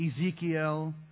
Ezekiel